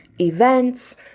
events